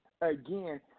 Again